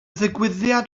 ddigwyddiad